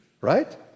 right